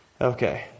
Okay